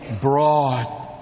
broad